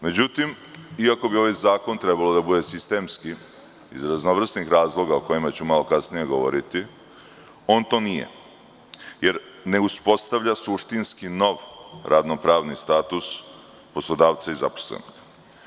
Međutim, iako bi ovaj zakon trebalo da bude sistemski, iz raznovrsnih razloga, o kojima ću malo kasnije govoriti, on to nije, jer ne uspostavlja suštinski nov radno-pravni status poslodavca i zaposlenog.